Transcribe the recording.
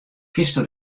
kinsto